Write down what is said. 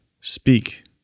speak